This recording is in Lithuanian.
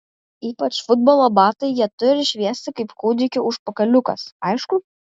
ypač futbolo batai jie turi šviesti kaip kūdikio užpakaliukas aišku